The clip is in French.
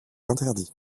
interdit